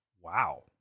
Wow